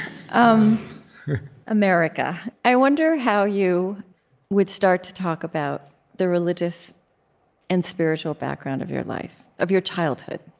um america, i wonder how you would start to talk about the religious and spiritual background of your life, of your childhood,